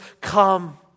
come